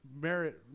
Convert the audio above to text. merit